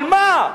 על מה?